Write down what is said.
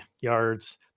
yards